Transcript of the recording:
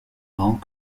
grands